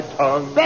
tongue